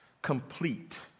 Complete